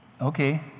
Okay